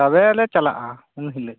ᱛᱚᱵᱮ ᱟᱞᱮ ᱪᱟᱞᱟᱜᱼᱟ ᱩᱱ ᱦᱤᱞᱚᱜ